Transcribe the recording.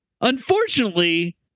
Unfortunately